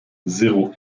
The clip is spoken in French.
zéro